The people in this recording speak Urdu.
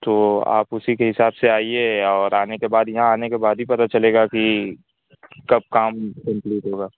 تو آپ اسی کے حساب سے آئیے اور آنے کے بعد یہاں آنے کے بعد ہی پتہ چلے گا کہ کب کام کمپلیٹ ہوگا